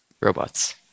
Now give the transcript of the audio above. robots